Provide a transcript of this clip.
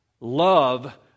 love